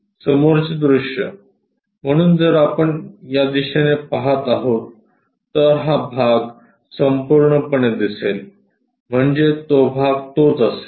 समोरचे दृश्य म्हणून जर आपण या दिशेने पहात आहोत तर हा भाग संपूर्णपणे दिसेल म्हणजे तो भाग तोच असेल